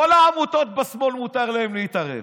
כל העמותות בשמאל מותר להן להתערב,